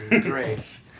Grace